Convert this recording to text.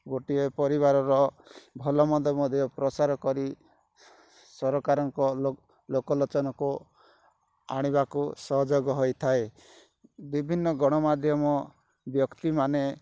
ଗୋଟିଏ ପରିବାରର ଭଲ ମନ୍ଦ ମଧ୍ୟ ପ୍ରସାର କରି ସରକାରଙ୍କ ଲୋକ ଲୋଚନକୁ ଆଣିବାକୁ ସହଯୋଗ ହୋଇଥାଏ ବିଭିନ୍ନ ଗଣମାଧ୍ୟମ ବ୍ୟକ୍ତିମାନେ